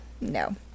no